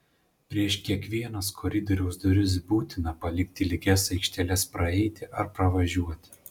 prieš kiekvienas koridoriaus duris būtina palikti lygias aikšteles praeiti ar pravažiuoti